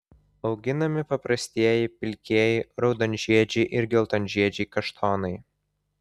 auginami paprastieji pilkieji raudonžiedžiai ir geltonžiedžiai kaštonai